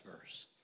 verse